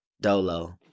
dolo